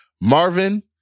Marvin